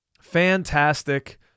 Fantastic